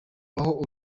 aho